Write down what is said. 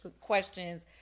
questions